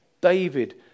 David